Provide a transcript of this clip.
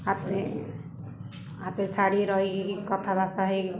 ହାତେ ହାତେ ଛାଡ଼ି ରହିି କଥାବାସା ହେଇ